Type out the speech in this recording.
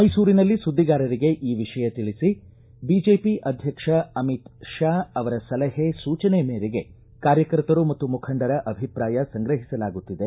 ಮೈಸೂರಿನಲ್ಲಿ ಸುದ್ದಿಗಾರರಿಗೆ ಈ ವಿಷಯ ತಿಳಿಸಿ ಬಿಜೆಪಿ ಅಧ್ವಕ್ಷ ಅಮಿತ್ ಶಾ ಅವರ ಸಲಹೆ ಸೂಚನೆ ಮೇರೆಗೆ ಕಾರ್ಯಕರ್ತರು ಮತ್ತು ಮುಖಂಡರ ಅಭಿಪ್ರಾಯ ಸಂಗ್ರಹಿಸಲಾಗುತ್ತಿದೆ